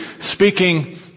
speaking